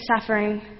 suffering